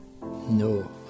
No